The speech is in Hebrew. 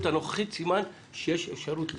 במציאות הנוכחית, סימן שיש אפשרות לשרוד.